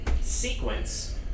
sequence